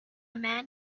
man